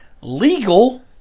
legal